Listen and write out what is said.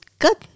good